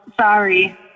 sorry